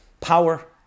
power